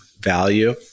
value